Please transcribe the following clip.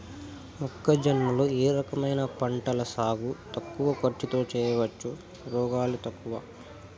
మొక్కజొన్న లో ఏ రకమైన పంటల సాగు తక్కువ ఖర్చుతో చేయచ్చు, రోగాలు తక్కువ?